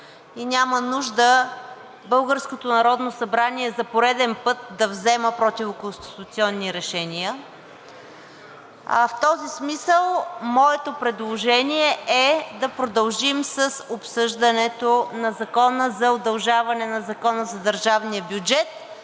събрание за пореден път да взема противоконституционни решения. В този смисъл моето предложение е да продължим с обсъждането на Закона за удължаване на Закона за държавния бюджет